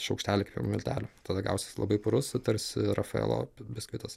šaukštelį kepimo miltelių tada gausis labai purus tarsi rafaelo biskvitas